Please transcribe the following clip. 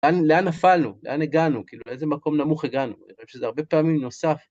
לאן נפלנו? לאן הגענו? כאילו, לאיזה מקום נמוך הגענו? אני חושב שזה הרבה פעמים נוסף.